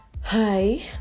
hi